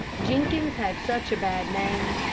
jenkins had such a bad name,